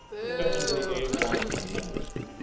discussion to the a one amendment?